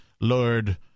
Lord